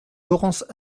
laurence